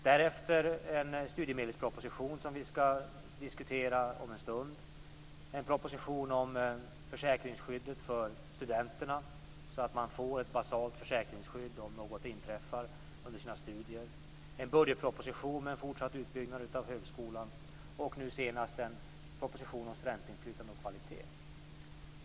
Därefter kom det en studiemedelsproposition, som vi ska diskutera om en stund. Därefter var det en proposition om försäkringsskyddet för studenterna, så att man får ett basalt försäkringsskydd om något inträffar under studierna. Sedan var det en budgetproposition med fortsatt utbyggnad av högskolan. Nu senast var det en proposition om studentinflytande och kvalitet.